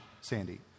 Sandy